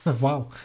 Wow